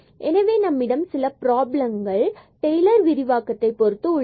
எனவே நம்மிடம் சில பிராபலங்கள் டெய்லர் விரிவாக்கத்தை பொறுத்து உள்ளது